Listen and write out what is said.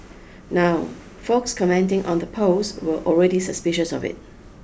now folks commenting on the post were already suspicious of it